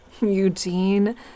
Eugene